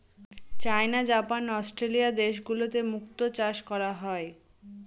চাইনা, Japan, Australia দেশগুলোতে মুক্তো চাষ করা হয়